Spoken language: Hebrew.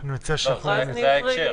אין בעיה,